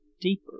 deeper